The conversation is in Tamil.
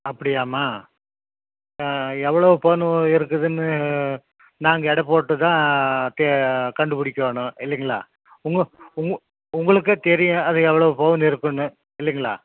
அப்படியாம்மா எவ்வளோ பவுன் இருக்குதுன்னு நாங்கள் எடை போட்டு தான் கண்டுப்புடிக்கணும் இல்லைங்களா உங்கள் உங்கள் உங்களுக்கு தெரியும் அது எவ்வளோ பவுன் இருக்குன்னு இல்லைங்களா